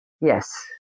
Yes